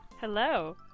hello